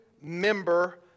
member